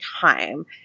time